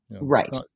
right